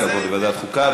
ועדת חוקה.